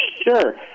Sure